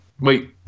Wait